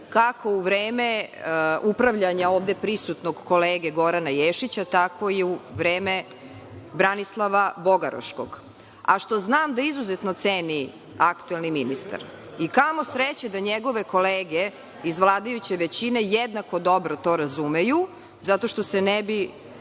kako u vreme upravljanja ovde prisutnog kolege Gorana Ješića, tako i u vreme Branislava Bogaroškog, a što znam da izuzetno ceni aktuelni ministar. Kamo sreće da njegove kolege iz vladajuće većine jednako dobro to razumeju, zato što se ne bi